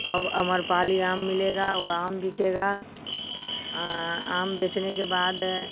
अब आम्रपाली आम मिलेगा वह आम बिकेगा आम बेचने के बाद